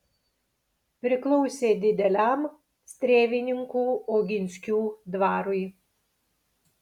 priklausė dideliam strėvininkų oginskių dvarui